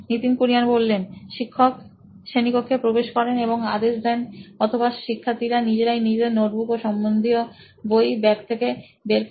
নিতিন কুরিয়ান সি ও ও নোইন ইলেক্ট্রনিক্স শিক্ষক শ্রেণীকক্ষে প্রবেশ করেন এবং আদেশ দেন অথবা শিক্ষার্থীরা নিজেরাই নিজেদের নোটবুক ও সম্বন্ধীয় বই ব্যাগ থেকে বের করে